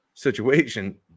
Situation